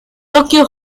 tokio